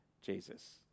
Jesus